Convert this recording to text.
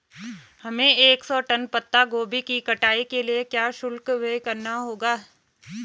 हमें एक सौ टन पत्ता गोभी की कटाई के लिए क्या शुल्क व्यय करना होगा?